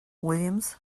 williams